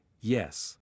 Yes